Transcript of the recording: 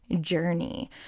journey